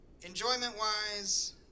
Enjoyment-wise